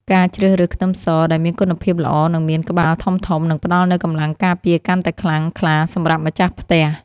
ការជ្រើសរើសខ្ទឹមសដែលមានគុណភាពល្អនិងមានក្បាលធំៗនឹងផ្តល់នូវកម្លាំងការពារកាន់តែខ្លាំងក្លាសម្រាប់ម្ចាស់ផ្ទះ។